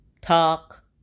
talk